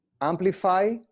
amplify